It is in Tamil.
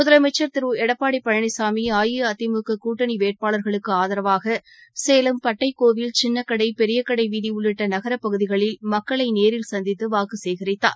முதலமைச்சர் திரு எடப்பாடி பழனிசாமி அஇஅதிமுக கூட்டணி வேட்பாளர்களுக்கு ஆரவாக சேலம் பட்டைக்கோவில் சின்னக்கடை பெரியக்கடை வீதி உள்ளிட்ட நகரப்பகுதிகளில் மக்களை நேரில் சந்தித்து வாக்கு சேகரித்தார்